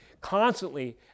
constantly